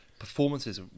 performances